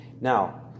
Now